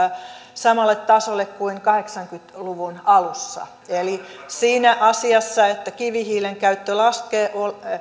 samalle tasolle kuin kahdeksankymmentä luvun alussa eli siinä asiassa että kivihiilen käyttö laskee